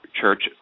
Church